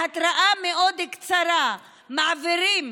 בהתראה מאוד קצרה מעבירים